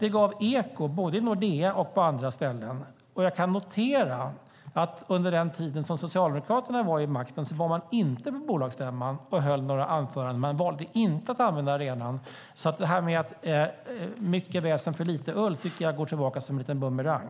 Det gav eko både i Nordea och på andra ställen. Jag kan notera att under den tid som Socialdemokraterna var vid makten var man inte på bolagsstämman och höll några anföranden. Man valde inte att använda arenan. Det här med mycket väsen för lite ull tycker jag därför går tillbaka som en liten bumerang.